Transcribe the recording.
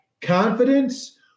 confidence